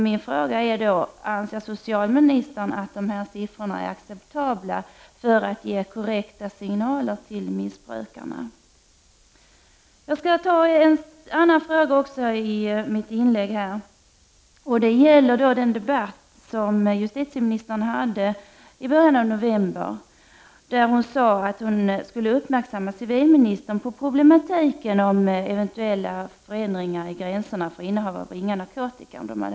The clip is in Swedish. Min fråga är då: Anser socialministern att det är acceptabelt när man skall ge korrekta signaler till missbrukarna? Jag skulle vilja ta upp en annan fråga. Justitieministern sade i början av november att hon skulle göra civilministern uppmärksam på problemen vid eventuella förändringar av gränserna för innehav av narkotika.